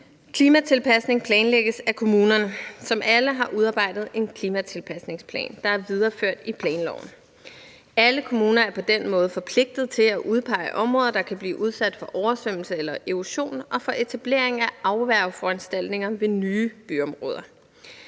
Klimatilpasning planlægges af kommunerne, som alle har udarbejdet en klimatilpasningsplan, der er videreført i planloven. Alle kommuner er på den måde forpligtet til at udpege områder, der kan blive udsat for oversvømmelse eller erosion, og for etablering af afværgeforanstaltninger ved nye byområder.